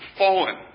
fallen